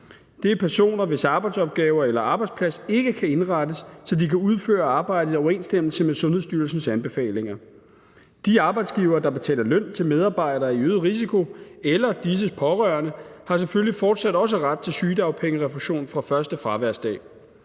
Det er personer, hvis arbejdsopgaver eller arbejdsplads ikke kan indrettes, så de kan udføre arbejdet i overensstemmelse med Sundhedsstyrelsens anbefalinger. De arbejdsgivere, der betaler løn til medarbejdere med øget risiko eller disses pårørende, har selvfølgelig fortsat også ret til sygedagpengerefusion fra første fraværsdag.